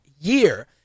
year